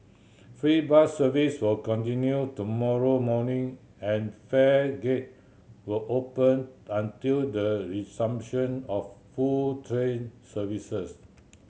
free bus service will continue tomorrow morning and fare gate will open until the resumption of full train services